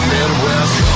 Midwest